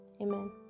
amen